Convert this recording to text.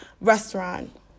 Restaurant